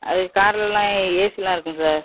அது காருலல்லாம் ஏசிலாம் இருக்கும் சார்